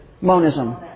Monism